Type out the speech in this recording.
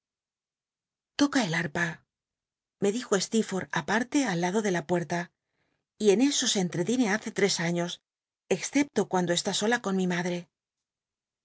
toca el arpa me dijo steetforth aparle al lado de la puerta y en eso se en tretiene hace tres años excepto cuando estü sola con mi madr'c